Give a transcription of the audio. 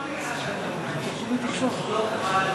אתה צודק בכל מילה שאתה אומר,